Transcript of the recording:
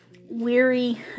weary